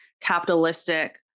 capitalistic